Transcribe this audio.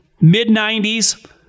mid-90s